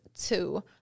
two